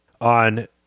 on